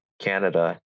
Canada